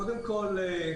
קודם כול,